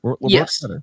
Yes